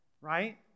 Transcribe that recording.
right